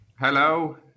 Hello